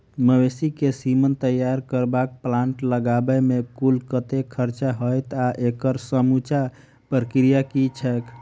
मवेसी केँ सीमन तैयार करबाक प्लांट लगाबै मे कुल कतेक खर्चा हएत आ एकड़ समूचा प्रक्रिया की छैक?